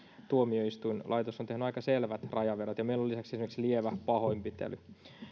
tuomioistuinlaitos on tehnyt aika selvät rajanvedot ja meillä on lisäksi esimerkiksi lievä pahoinpitely